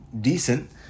decent